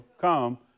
come